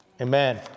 amen